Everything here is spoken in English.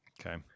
Okay